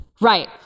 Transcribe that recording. Right